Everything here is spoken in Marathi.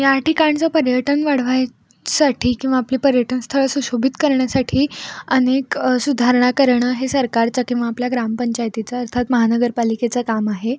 या ठिकाणचं पर्यटन वाढवायसाठी किंवा आपली पर्यटनस्थळं सुशोभित करण्यासाठी अनेक सुधारणा करणं हे सरकारचं किंवा आपल्या ग्रामपंचायतीचं अर्थात महानगरपालिकेचं काम आहे